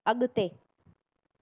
अगि॒ते